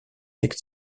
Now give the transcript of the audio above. lake